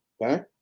okay